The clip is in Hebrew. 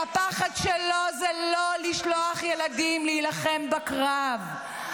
והפחד שלו זה לא לשלוח ילדים להילחם בקרב,